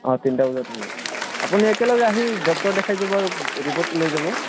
অঁ তিনিটা বজাত আহিব আপুনি একেলগে আহি ডক্তৰক দেখাই যাব আৰু ৰিপৰ্টটো লৈ যাব